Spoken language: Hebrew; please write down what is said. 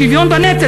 שוויון בנטל,